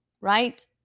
right